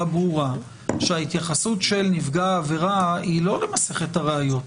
ברורה שההתייחסות של נפגע העבירה היא לא למסכת הראיות,